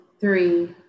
three